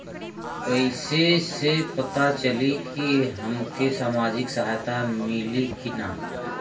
कइसे से पता चली की हमके सामाजिक सहायता मिली की ना?